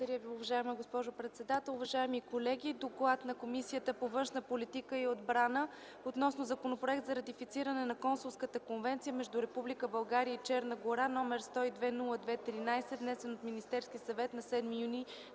Благодаря, госпожо председател. Уважаеми колеги, „ДОКЛАД на Комисията по външна политика и отбрана относно Законопроект за ратифициране на Консулската конвенция между Република България и Черна гора, № 102-02-13, внесен от Министерския съвет на 7 юни